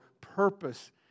purpose